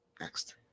Next